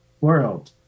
world